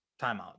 Timeout